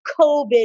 COVID